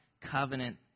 covenant